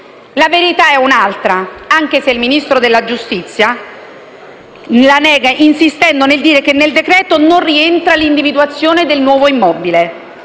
La verità è un'altra, anche se il Ministro della giustizia la nega insistendo nel dire che nel decreto-legge non rientra l'individuazione del nuovo immobile.